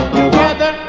together